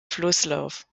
flusslauf